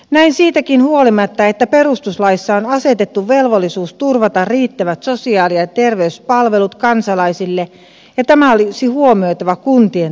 näin siitäkin huolimatta että perustuslaissa on asetettu velvollisuus turvata riittävät sosiaali ja terveyspalvelut kansalaisille ja tämä olisi huomioitava kuntien talousarviossa